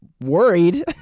worried